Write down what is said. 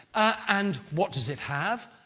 and what does it have?